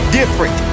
different